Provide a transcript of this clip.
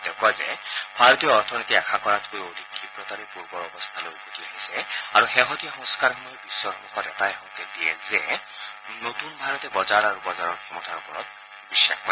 তেওঁ কয় যে ভাৰতীয় অৰ্থনীতি আশা কৰাতকৈয়ো অধিক ক্ষিপ্ৰতাৰে পূৰ্বৰ অৱস্থালৈ উভতি আহিছে আৰু শেহতীয়া সংস্কাৰসমূহে বিশ্বৰ সমুখত এটাই সংকেত দিয়ে যে নতুন ভাৰতে বজাৰ আৰু বজাৰৰ ক্ষমতাৰ ওপৰত বিশ্বাস কৰে